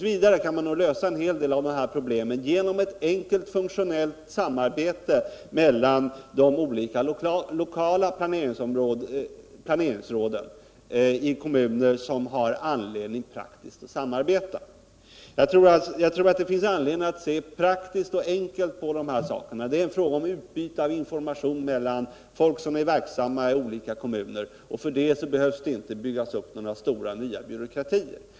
v. kan man nog lösa en hel del av problemen genom ett enkelt och funktionellt samarbete mellan de olika lokala planeringsråden i kommuner som har anledning att samarbeta. Jag tror att det finns skäl att se praktiskt och enkelt på de här sakerna. Det är fråga om utbyte av information mellan människor som är verksamma i olika kommuner. För det behövs det inte byggas upp några nya byråkratier.